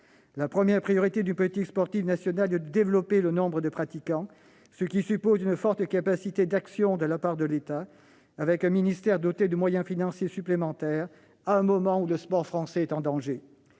La première priorité d'une politique sportive nationale doit être de développer le nombre de pratiquants, ce qui suppose une forte capacité d'action de la part de l'État, avec un ministère doté de moyens financiers supplémentaires, à un moment où le sport français est en danger.